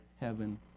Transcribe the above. heaven